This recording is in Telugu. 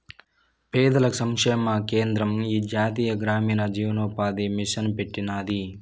పేదల సంక్షేమ కేంద్రం ఈ జాతీయ గ్రామీణ జీవనోపాది మిసన్ పెట్టినాది